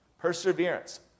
Perseverance